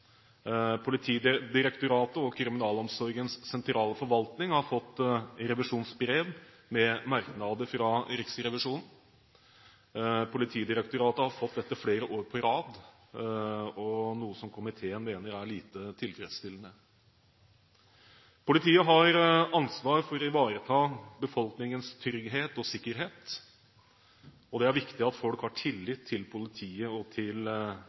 Politidirektoratet og Kriminalomsorgens sentrale forvaltning har fått revisjonsbrev med merknader fra Riksrevisjonen. Politidirektoratet har fått dette flere år på rad, noe som komiteen mener er lite tilfredsstillende. Politiet har ansvar for å ivareta befolkningens trygghet og sikkerhet, og det er viktig at folk har tillit til politiet og til